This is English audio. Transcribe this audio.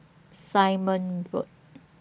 Simon Road